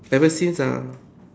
eversince uh